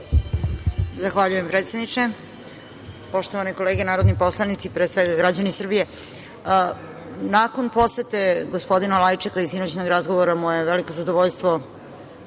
Zahvaljujem, predsedniče. Poštovane kolege narodni poslanici, pre svega građani Srbije, nakon posete gospodina Lajčaka i sinoćnog razgovora moje je veliko zadovoljstvo